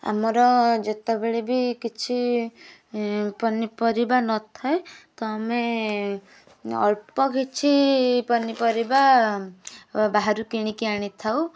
ଆମର ଯେତେବେଳେ ବି କିଛି ପନିପରିବା ନଥାଏ ତ ଆମେ ଅଳ୍ପ କିଛି ପନିପରିବା ବାହାରୁ କିଣିକି ଆଣିଥାଉ